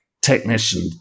technician